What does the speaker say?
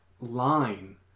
Line